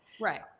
Right